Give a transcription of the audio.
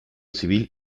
civil